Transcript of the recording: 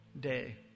day